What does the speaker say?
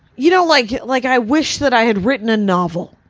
you know, like like i wish that i had written a novel.